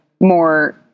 more